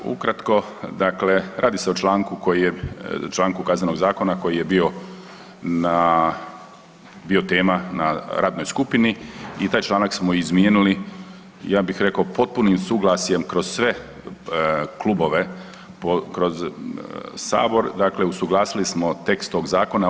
Ukratko, dakle radi se o članku Kaznenog zakona koji je bio tema na radnoj skupini i taj članak smo izmijenili, ja bih rekao potpunim suglasjem kroz sve klubove kroz Sabor, dakle usuglasili smo tekst tog zakona.